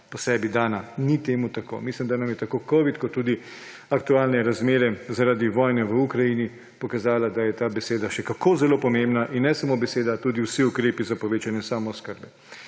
po sebi dana. Ni to tako. Mislim, da so nam tako covid kot tudi aktualne razmere zaradi vojne v Ukrajini pokazale, da je ta beseda še kako zelo pomembna. Ne samo beseda, tudi vsi ukrepi za povečanje samooskrbe.